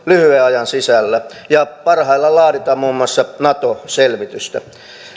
ajan sisällä ja parhaillaan laaditaan muun muassa nato selvitystä